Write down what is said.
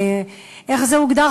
איך זה הוגדר,